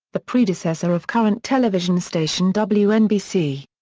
the predecessor of current television station wnbc.